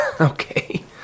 okay